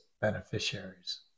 beneficiaries